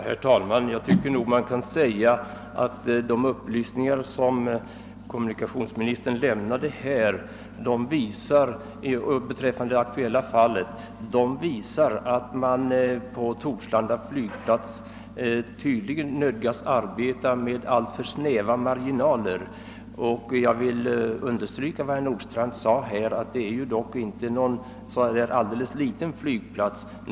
Herr talman! De upplysningar som kommunikationsministern lämnade beträffande det aktuella fallet visar att man på Torslanda flygplats tydligen nödgas arbeta med alltför snäva marginaler. Jag vill understryka vad herr Nordstrandh sade, nämligen att det dock inte är någon liten flygplats.